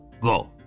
Go